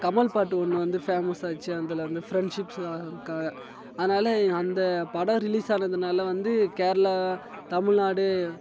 கமல் பாட்டு ஒன்று வந்து ஃபேமஸாச்சு அதில் அந்த ஃப்ரெண்ட்ஷிப்ஸ்க்காக காக அதனால அந்த படம் ரிலீஸானதுனால வந்து கேரளா தமிழ்நாடு